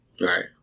right